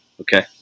okay